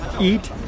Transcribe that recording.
eat